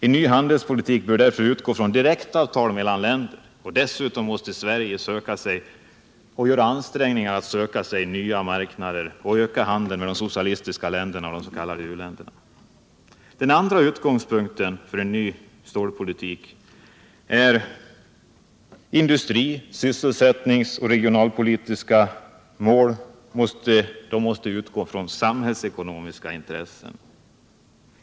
En ny handelspolitik bör därför utgå från direkta avtal mellan länder, och dessutom måste Sverige göra ansträngningar för att söka sig nya marknader och öka Den andra utgångspunkten för en ny stålpolitik är att industri-, sysselsättningsoch regionalpolitiken måste utgå från samhällsekonomiska intressen.